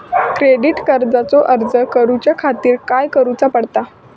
Credit कार्डचो अर्ज करुच्या खातीर काय करूचा पडता?